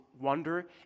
wonder